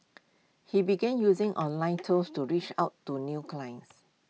he began using online tools to reach out to new clients